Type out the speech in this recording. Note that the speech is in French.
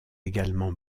également